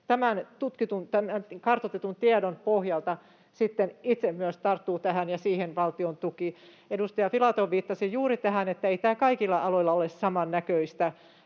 tämän kartoitetun tiedon pohjalta itse myös tarttuu tähän, ja siihen valtion tuki. Edustaja Filatov viittasi juuri tähän, että ei tämä kaikilla aloilla ole samannäköistä.